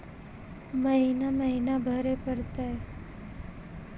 महिना महिना भरे परतैय?